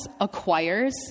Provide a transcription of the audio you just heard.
acquires